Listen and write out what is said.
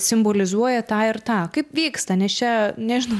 simbolizuoja tą ir tą kaip vyksta nes čia nežinau